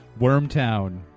Wormtown